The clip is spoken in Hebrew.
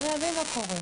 אפשר להבין מה קורה פה.